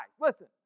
listen